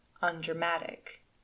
undramatic